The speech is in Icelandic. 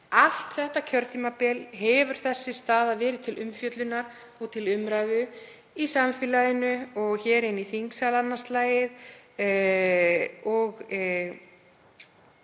Allt þetta kjörtímabil hefur þessi staða verið til umfjöllunar og til umræðu í samfélaginu og hér inni í þingsal annað slagið.